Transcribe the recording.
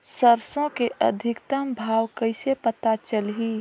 सरसो के अधिकतम भाव कइसे पता चलही?